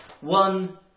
One